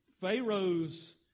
Pharaoh's